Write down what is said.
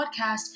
podcast